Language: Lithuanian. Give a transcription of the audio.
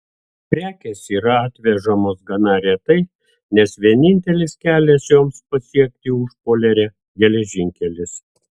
prekės yra atvežamos gana retai nes vienintelis kelias joms pasiekti užpoliarę geležinkelis